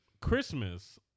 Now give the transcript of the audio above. Christmas